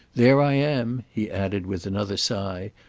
there i am, he added with another sigh,